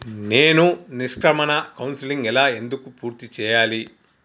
నేను నిష్క్రమణ కౌన్సెలింగ్ ఎలా ఎందుకు పూర్తి చేయాలి?